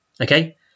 Okay